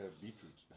beetroot